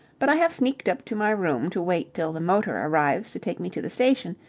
but i have sneaked up to my room to wait till the motor arrives to take me to the station,